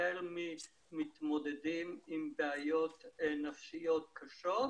החל ממתמודדים עם בעיות נפשיות קשות,